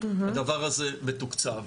הדבר הזה מתוקצב.